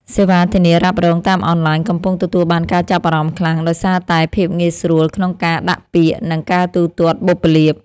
សេវាធានារ៉ាប់រងតាមអនឡាញកំពុងទទួលបានការចាប់អារម្មណ៍ខ្លាំងដោយសារតែភាពងាយស្រួលក្នុងការដាក់ពាក្យនិងការទូទាត់បុព្វលាភ។